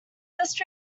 best